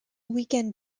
weekend